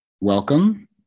Welcome